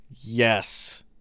Yes